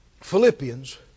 Philippians